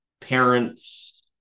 parents